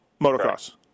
motocross